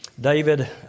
David